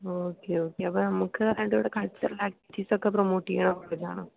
okay okay അപ്പോൾ നമുക്ക് അതിൻ്റെകൂടെ കൾച്ചറൽ ആക്ടിവിറ്റീസൊക്കെ പ്രൊമോട്ട് ചെയ്യാറുള്ളതാണൊ